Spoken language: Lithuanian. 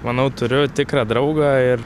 manau turiu tikrą draugą ir